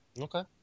Okay